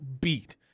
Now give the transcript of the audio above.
beat